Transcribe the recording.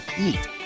eat